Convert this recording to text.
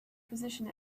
position